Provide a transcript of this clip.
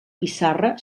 pissarra